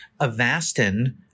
Avastin